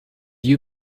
you